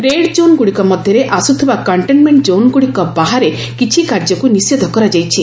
ରେଡକୋନ୍ ଗୁଡ଼ିକ ମଧ୍ୟରେ ଆସୁଥିବା କଣ୍ଟେନମେଣ୍ଟ କୋନ୍ଗୁଡ଼ିକ ବାହାରେ କିଛି କାର୍ଯ୍ୟକୁ ନିଷେଧ କରାଯାଇଛି